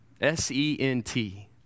S-E-N-T